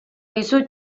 dizut